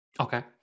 Okay